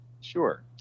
Sure